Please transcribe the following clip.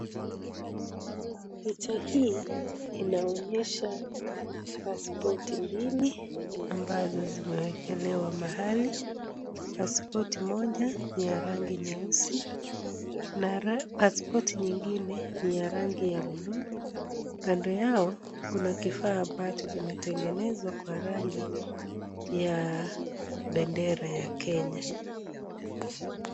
Picha hii inaonyesha pasipoti mbili ambazo zimewekelewa mahali, pasipoti moja ni ya rangi nyeusi na pasipoti nyingine ni ya rangi ya buluu, kando yao kuna kifaa ambacho kimetengenezwa kwa rangi ya bendera ya Kenya.